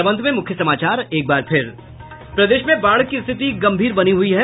और अब अंत में मुख्य समाचार प्रदेश में बाढ़ की स्थिति गम्भीर बनी हुई है